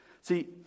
See